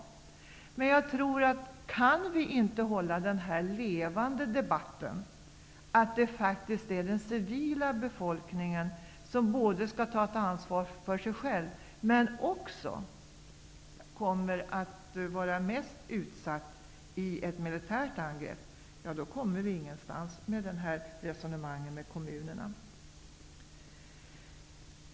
Om vi inte kan hålla den här debatten levande -- det gäller ju att den civila befolkningen tar ansvar för sig själv, för det är den som blir mest utsatt vid ett militärt angrepp -- kommer vi ingen vart i vårt resonemang med kommunerna.